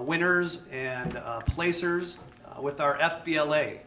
winners and placers with our fbla,